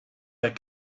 that